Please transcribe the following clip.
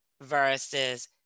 versus